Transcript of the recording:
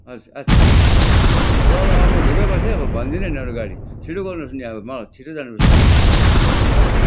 हस् अच्छा ल ल अँ म ढुक्कै बसेँ है अब भन्दिनँ नि अरू गाडी छिट्टो गर्नुपर्छ नि अब मलाई छिटो जानुपर्छ हस्पिटल हजुर